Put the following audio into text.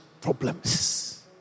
problems